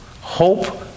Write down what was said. Hope